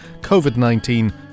COVID-19